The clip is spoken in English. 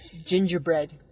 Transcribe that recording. Gingerbread